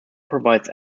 provides